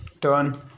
turn